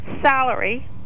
salary